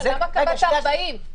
למה קבעת 40?